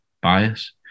bias